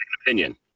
opinion